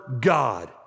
God